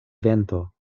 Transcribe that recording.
vento